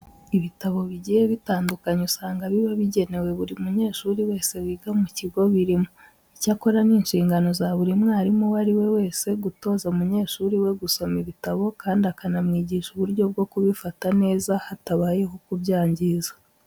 Ibitabo bigiye butandukanye usanga biba bigenewe buri munyeshuri wese wiga mu kigo birimo. Icyakora ni inshingano za buri mwarimu uwo ari we wese gutoza umunyeshuri we gusoma ibitabo kandi akanamwigisha uburyo bwo kubifata neza hatabayeho kubyangiza.